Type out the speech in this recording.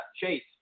Chase